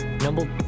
Number